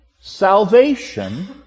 salvation